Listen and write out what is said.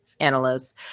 Analysts